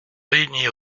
réunit